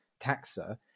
taxa